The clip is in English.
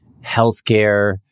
healthcare